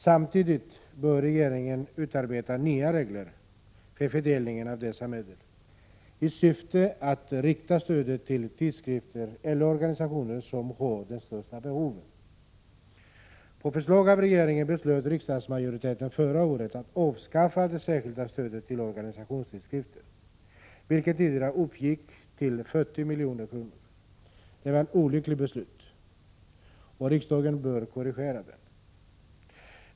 Samtidigt bör regeringen utarbeta nya regler för fördelningen av dessa medel i syfte att rikta stödet till de tidskrifter eller organisationer som har de största behoven. På förslag av regeringen beslöt riksdagsmajoriteten förra året att avskaffa det särskilda stödet till organisationstidskrifter, vilket tidigare uppgick till 40 milj.kr. Det var ett olyckligt beslut, och riksdagen bör korrigera det.